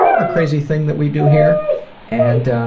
our crazy thing that we do here and